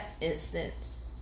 instance